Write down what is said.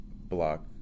block